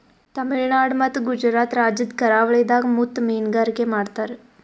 ತಮಿಳುನಾಡ್ ಮತ್ತ್ ಗುಜರಾತ್ ರಾಜ್ಯದ್ ಕರಾವಳಿದಾಗ್ ಮುತ್ತ್ ಮೀನ್ಗಾರಿಕೆ ಮಾಡ್ತರ್